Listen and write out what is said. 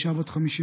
אישה בת 57,